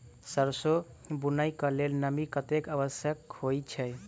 सैरसो बुनय कऽ लेल नमी कतेक आवश्यक होइ छै?